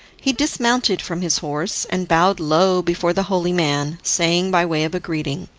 he dismounted from his horse, and bowed low before the holy man, saying by way of greeting,